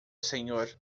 senhor